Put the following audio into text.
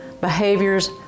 Behaviors